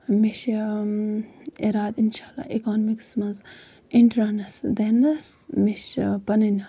مےٚ چھُ اِرادٕ اِنشاء اللہ اِکانمِکس منٛز اِنٹرانٕس دِنَس مےٚ چھُ پَنٕنۍ